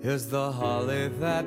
esą laive